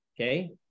Okay